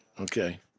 okay